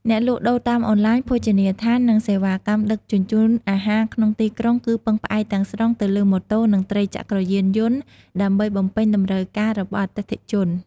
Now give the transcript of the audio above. អ្នកលក់ដូរតាមអនឡាញ ភោជនីយដ្ឋាន និងសេវាកម្មដឹកជញ្ជូនអាហារក្នុងទីក្រុងគឺពឹងផ្អែកទាំងស្រុងទៅលើម៉ូតូនិងត្រីចក្រយានយន្តដើម្បីបំពេញតម្រូវការរបស់អតិថិជន។